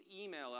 email